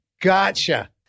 Gotcha